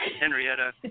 Henrietta